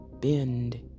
bend